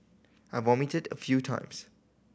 I vomited a few times